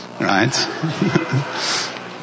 Right